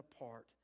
apart